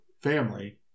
family